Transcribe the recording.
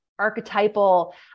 archetypal